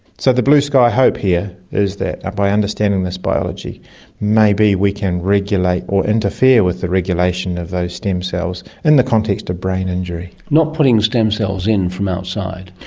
so the blue-sky hope here is that by understanding this biology maybe we can regulate or interfere with the regulation of those stem cells, in the context of brain injury. not putting stem cells in from outside.